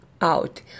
out